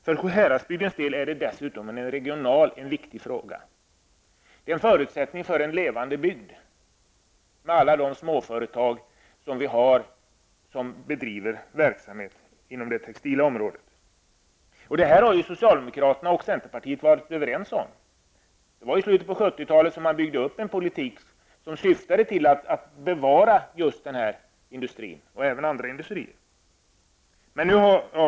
För Sjuhäradsbygden är det dessutom en viktig regional fråga och en förutsättning för en levande bygd med alla de småföretag som vi har och som bedriver verksamhet inom det textila området. Detta har socialdemokraterna och centern varit överens om. I slutet av 70-talet byggde man upp en politik som syftade till att bevara just den här industrin, och även andra industrier.